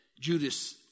Judas